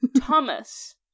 Thomas